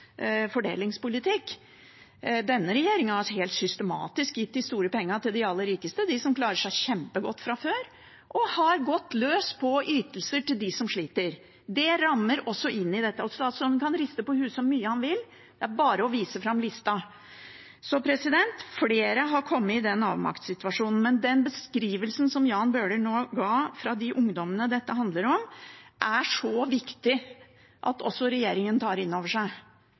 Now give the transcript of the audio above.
fordelingspolitikk. Denne regjeringen har helt systematisk gitt de store pengene til de aller rikeste, de som klarer seg kjempegodt fra før, og har gått løs på ytelser til dem som sliter. Det rammer også her. Statsråden kan riste på hodet så mye han vil – det er bare å vise fram listen. Flere har kommet i en avmaktssituasjon. Den beskrivelsen som Jan Bøhler nå ga av de ungdommene dette handler om, er det så viktig at også regjeringen tar inn over seg,